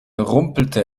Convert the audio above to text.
rumpelte